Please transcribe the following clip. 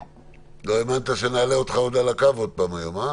לא האמנת שנעלה אותך עוד על הקו עוד פעם היום.